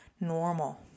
normal